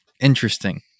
interesting